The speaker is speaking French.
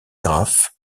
graf